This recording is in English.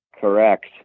Correct